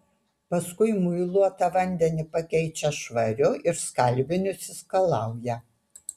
paskui muiluotą vandenį pakeičia švariu ir skalbinius išskalauja